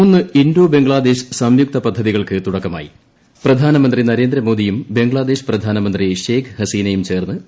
മൂന്ന് ഇന്തോ ബംഗ്ലാദേശ് സംയുക്ത പദ്ധതികൾക്ക് തുടക്കമായി പ്രധാനമന്ത്രി നരേന്ദ്രമോദിയും ബംഗ്ലാദേശ് പ്രധാനമന്ത്രി ഷെയ്ഖ് ഹസീനയും ചേർന്ന് ഉദ്ഘാടനം ചെയ്തു